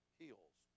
heals